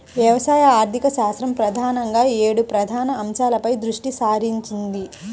వ్యవసాయ ఆర్థికశాస్త్రం ప్రధానంగా ఏడు ప్రధాన అంశాలపై దృష్టి సారించింది